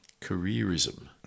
careerism